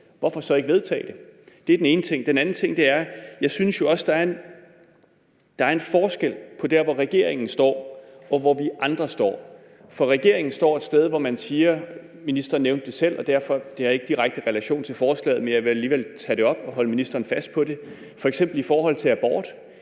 hvorfor så ikke vedtage det? Det er den ene ting. Den anden ting er, at jeg jo også synes, der er en forskel mellem der, hvor regeringen står, og der, hvor vi andre står. F.eks. er der regeringens position i forhold til abort, som ministeren selv nævnte. Det har ikke direkte relation til forslaget, men jeg vil alligevel tage det op og holde ministeren fast på det. Jeg synes ikke, at